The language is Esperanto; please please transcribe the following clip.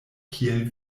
kiel